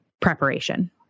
preparation